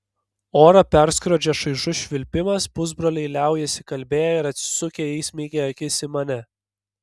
orą perskrodžia šaižus švilpimas pusbroliai liaujasi kalbėję ir atsisukę įsmeigia akis į mane